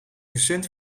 recent